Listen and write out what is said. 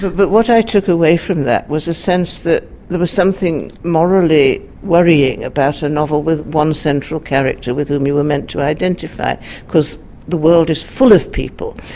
but what i took away from that was a sense that there was something morally worrying about a novel with one central character with whom you were meant to identify because the world is full of people.